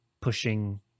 pushing